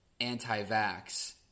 anti-vax